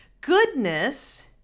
goodness